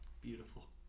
Beautiful